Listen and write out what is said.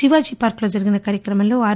శివాజీ పార్కులో జరిగిన కార్యక్రమంలో ఆర్